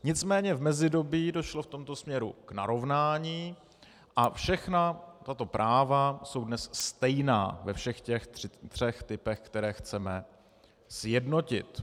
Nicméně v mezidobí došlo v tomto směru k narovnání a všechna tato práva jsou dnes stejná ve všech těch třech typech, které chceme sjednotit.